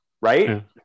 right